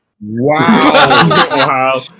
Wow